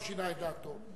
לא שינה את דעתו.